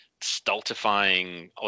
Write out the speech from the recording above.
stultifying